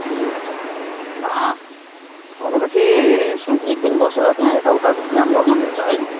ए अच्छा भनेपछि सु एकदिन बसेर त्यहाँ एताउता घुमघाम गर्नु मिल्छ है